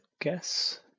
guess